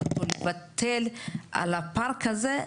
לוותר על הפארק הזה,